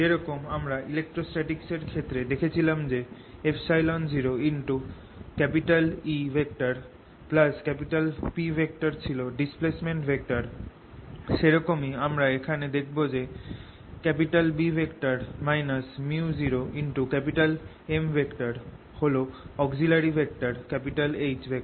যেরকম আমরা ইলেক্ট্রোস্ট্যাটিক্স এর ক্ষেত্রে দেখেছিলাম যে oEP ছিল ডিসপ্লেসমেন্ট ভেক্টর সেরকম ই আমরা এখানে দেখব যে B µ0M হল অক্সিলারি ভেক্টর H